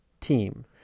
team